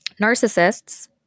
narcissists